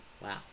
Wow